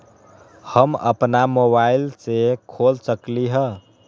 हम अपना मोबाइल से खोल सकली ह?